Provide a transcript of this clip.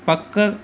पक